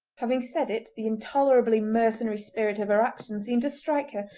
having said it the intolerably mercenary spirit of her action seemed to strike her,